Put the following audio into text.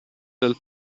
del